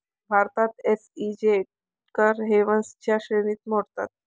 भारतात एस.ई.झेड कर हेवनच्या श्रेणीत मोडतात